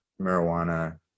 marijuana